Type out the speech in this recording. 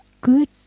good